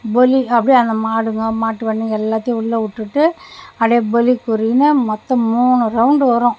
பொலி அப்படியே அந்த மாடுங்கோ மாட்டுவண்டிங்க எல்லாத்தையும் உள்ள விட்டுட்டு அப்படியே பொலி கூறுவிங்க மொத்த மூணு ரவுண்டு வரும்